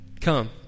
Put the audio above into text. come